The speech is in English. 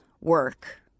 work